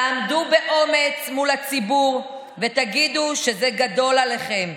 תעמדו באומץ מול הציבור ותגידו שזה גדול עליכם.